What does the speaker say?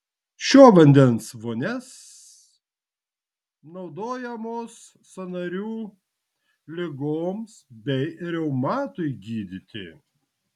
šio vandens vonias naudojamos sąnarių ligoms bei reumatui gydyti